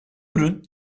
ürün